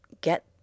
get